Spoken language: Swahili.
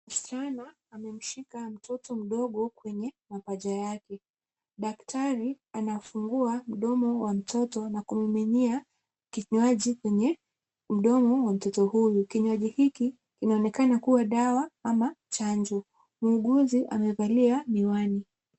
Msichana amemshika mtoto mdogo kwenye mapaja yake. Daktari anafungua mdomo wa mtoto na kumiminia kinywaji kwenye mdomo wa mtoto huyu. Kinywaji hiki kinaonekana kuwa dawa ama chanjo. Muuguzi amevalia miwani.